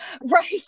Right